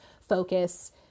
focus